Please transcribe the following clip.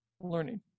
learning